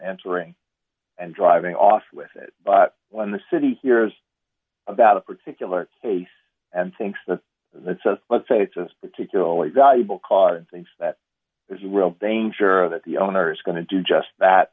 entering and driving off with it but when the city hears about a particular case and thinks that that's a let's say it's a particularly valuable cause things that there's a real danger that the owner is going to do just that